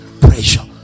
Pressure